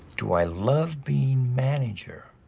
do i love being manager?